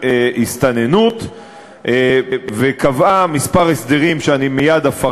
הסתננות וקבעה כמה הסדרים שאפרט מייד.